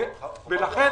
בבקשה.